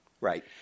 Right